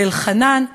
ואלחנן,